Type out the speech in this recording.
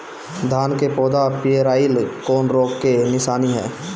धान के पौधा पियराईल कौन रोग के निशानि ह?